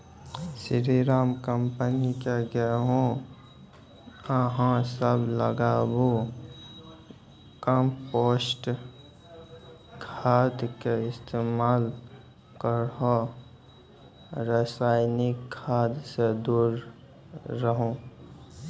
स्री Ram company के गेहूँ अहाँ सब लगाबु कम्पोस्ट खाद के इस्तेमाल करहो रासायनिक खाद से दूर रहूँ?